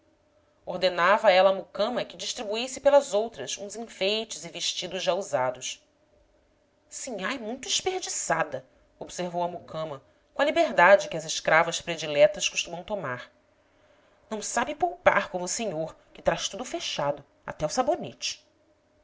ordenava ela à mucama que distribuísse pelas outras uns enfeites e vestidos já usados sinhá é muito esperdiçada observou a mucama com a liberdade que as escravas prediletas costumam tomar não sabe poupar como senhor que traz tudo fechado até o sabonete